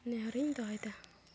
ᱱᱮᱦᱚᱨᱤᱧ ᱫᱚᱦᱚᱭᱮᱫᱟ